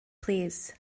plîs